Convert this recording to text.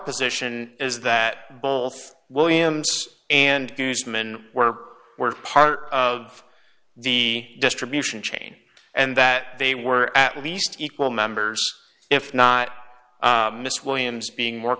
position is that both williams and newsman were were part of the distribution chain and that they were at least equal members if not miss williams being more